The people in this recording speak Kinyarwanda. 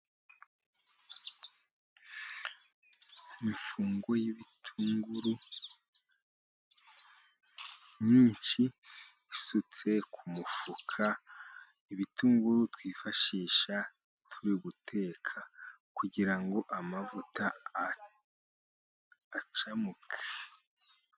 Imifungo y'ibitunguru myinshi isutse ku mufuka. Ibitungu twifashisha turi guteka kugirango amavuta acamuke.